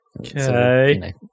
Okay